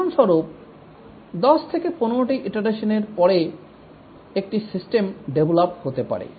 উদাহরণস্বরূপ 10 থেকে 15 টি ইটারেসনের পরে একটি সিস্টেম ডেভলপ হতে পারে